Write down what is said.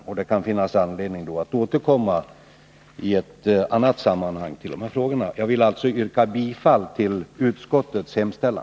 Det kan därför finnas anledning att återkomma i ett annat sammanhang till de här frågorna. Jag vill alltså yrka bifall till utskottets hemställan.